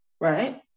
right